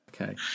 okay